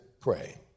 pray